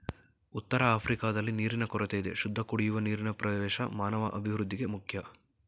ಉತ್ತರಆಫ್ರಿಕಾದಲ್ಲಿ ನೀರಿನ ಕೊರತೆಯಿದೆ ಶುದ್ಧಕುಡಿಯುವ ನೀರಿನಪ್ರವೇಶ ಮಾನವಅಭಿವೃದ್ಧಿಗೆ ಮುಖ್ಯ